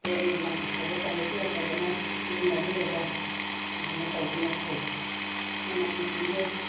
ꯄꯣꯠꯅꯤ ꯂꯪ ꯑꯐꯕ ꯀ꯭ꯋꯥꯂꯤꯇꯤ ꯑꯐꯕꯅ ꯁꯤꯖꯤꯟꯅꯕꯤꯔꯒ ꯁꯨꯃꯥꯏꯅ ꯇꯧꯕꯅ ꯐꯩ ꯍꯥꯏꯅ ꯑꯩꯅ ꯈꯟꯖꯩ